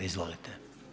Izvolite.